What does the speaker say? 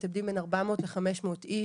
מתאבדים בין 400-500 איש,